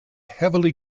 heavily